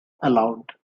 aloud